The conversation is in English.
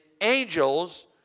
angels